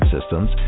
systems